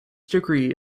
degree